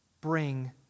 bring